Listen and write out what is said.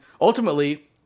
ultimately